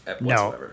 No